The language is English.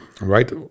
right